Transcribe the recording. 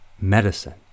medicine